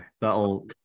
That'll